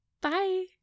bye